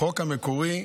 בחוק המקורי,